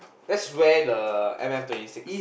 that's where the M M thirty six